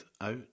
out